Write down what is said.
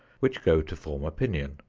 which go to form opinion.